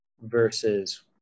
versus